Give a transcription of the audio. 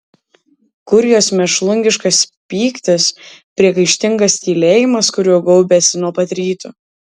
kur jos mėšlungiškas pyktis priekaištingas tylėjimas kuriuo gaubėsi nuo pat ryto